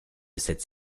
cette